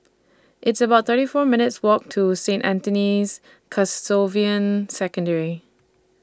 It's about thirty four minutes' Walk to Saint Anthony's Canossian Secondary